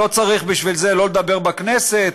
לא צריך בשביל זה לא לדבר בכנסת,